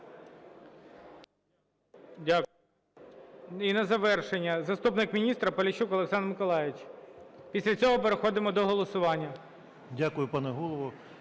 Дякую. І на завершення – заступник міністра Поліщук Олександр Миколайович. Після цього переходимо до голосування. 13:22:14 ПОЛІЩУК